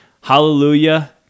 Hallelujah